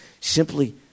simply